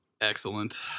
Excellent